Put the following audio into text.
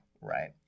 right